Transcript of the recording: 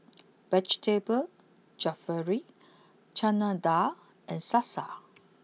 Vegetable Jalfrezi Chana Dal and Salsa